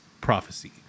prophecy